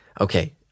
Okay